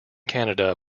canada